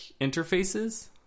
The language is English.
interfaces